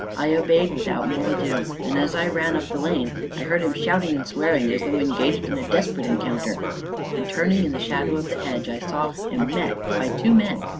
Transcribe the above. i obeyed without more ado, and, as i ran up the lane, i heard him shouting and swearing as though engaged in a desperate encounter and, turning in the shadow of the hedge, i saw him met by two men,